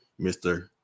Mr